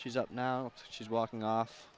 she's up now she's walking off